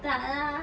tak lah